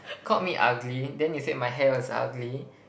called me ugly then you said my hair was ugly